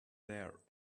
there